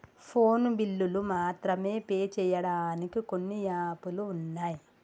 phone బిల్లులు మాత్రమే pay చెయ్యడానికి కొన్ని యాపులు వున్నయ్